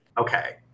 Okay